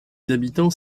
habitants